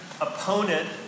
opponent